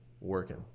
working